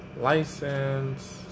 license